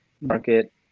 market